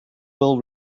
will